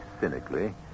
cynically